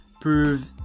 prove